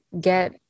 get